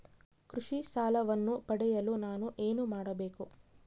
ಕೃಷಿ ಸಾಲವನ್ನು ಪಡೆಯಲು ನಾನು ಏನು ಮಾಡಬೇಕು?